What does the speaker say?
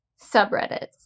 subreddits